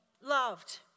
loved